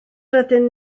rydyn